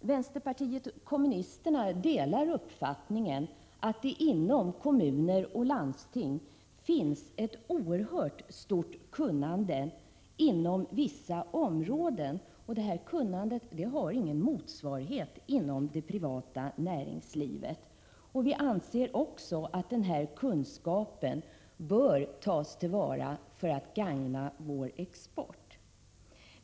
Vänsterpartiet kommunisterna delar uppfattningen att det inom kommuner och landsting på vissa områden finns ett oerhört stort kunnande som inte har någon motsvarighet inom det privata näringslivet. Vi anser att denna kunskap bör tas till vara för att gagna vår export.